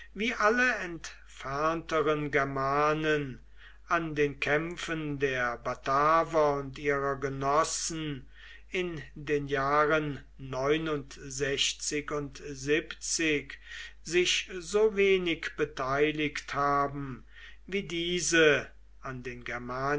wie alle entfernteren germanen an den kämpfen der bataver und ihrer genossen in den jahren sich so wenig beteiligt haben wie diese an den